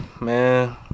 Man